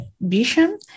Vision